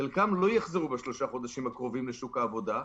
חלקם לא יחזרו בשלושת החודשים הקרובים לשוק העבודה,